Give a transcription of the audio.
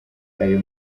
ayo